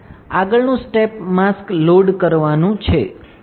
આગળનું step mask load કરવાનું છે